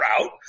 route